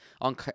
on